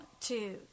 two